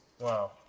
Wow